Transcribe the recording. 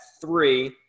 three